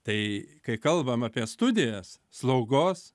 tai kai kalbam apie studijas slaugos